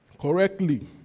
correctly